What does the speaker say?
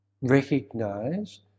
recognize